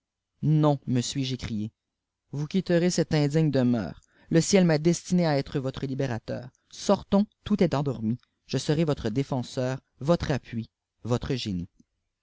non me suis-je écrié vous quitterez cette indigne demeure le ciel m'a destiné à être votre ubérateur sortons tout est endormi je serai votre défenseur votre appui votre génie